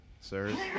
Sir's